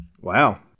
Wow